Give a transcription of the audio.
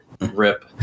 rip